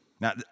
Now